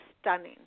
stunning